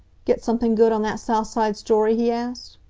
get something good on that south side story? he asked.